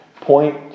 point